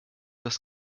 das